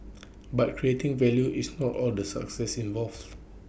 but creating value is not all the success involves